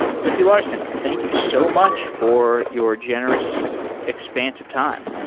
quincy larson, thank you so much for your generous expansive time.